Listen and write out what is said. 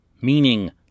meaning